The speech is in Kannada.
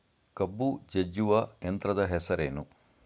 ಕಬ್ಬು ಜಜ್ಜುವ ಯಂತ್ರದ ಹೆಸರೇನು?